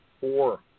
four